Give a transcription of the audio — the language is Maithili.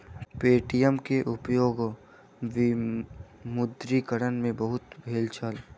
पे.टी.एम के उपयोग विमुद्रीकरण में बहुत भेल छल